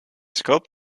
scope